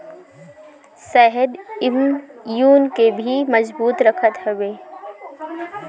शहद इम्यून के भी मजबूत रखत हवे